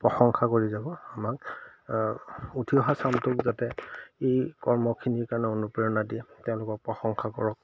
প্ৰশংসা কৰি যাব আমাক উঠি অহা চামটোক যাতে এই কৰ্মখিনিৰ কাৰণে অনুপ্ৰেৰণা দি তেওঁলোকক প্ৰশংসা কৰক